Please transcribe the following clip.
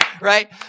right